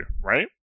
right